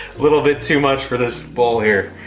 little bit too much for this bowl here.